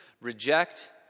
reject